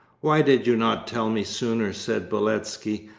why did you not tell me sooner said beletski.